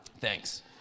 Thanks